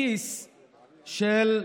בכיס של,